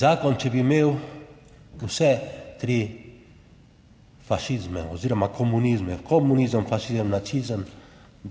Zakon, če bi imel vse tri fašizme oziroma komunizme, komunizem, fašizem, nacizem,